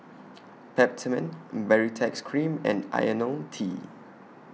Peptamen Baritex Cream and Ionil T